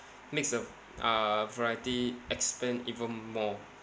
makes a uh variety expand even more